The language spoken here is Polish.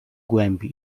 głębi